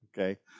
Okay